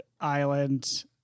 Island